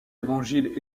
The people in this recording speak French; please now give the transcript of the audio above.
évangiles